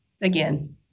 again